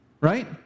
Right